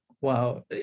Wow